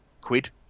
quid